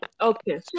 Okay